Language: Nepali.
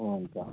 हुन्छ